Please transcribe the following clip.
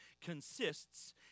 consists